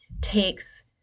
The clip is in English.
takes